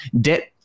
debt